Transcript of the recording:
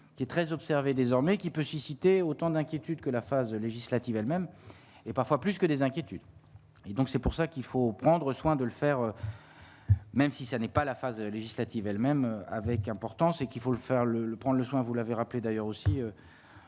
qui est très observé désormais qui peut susciter autant d'inquiétudes que la phase législative elle-même et parfois plus que des inquiétudes et donc c'est pour ça qu'il faut prendre soin de le faire. Même si ça n'est pas la phase législative elle-même avec un important c'est qu'il faut le faire le le prendre le soin, vous l'avez rappelé d'ailleurs aussi